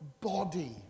body